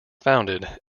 founded